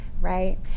right